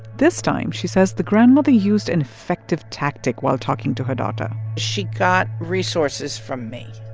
this time, she says, the grandmother used an effective tactic while talking to her daughter she got resources from me,